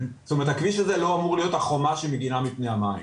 זאת אומרת הכביש הזה לא אמור להיות החומה שמגינה מפני המים.